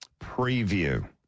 preview